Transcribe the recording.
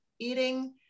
eating